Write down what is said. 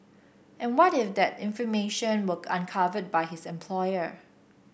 and what if that information were uncovered by his employer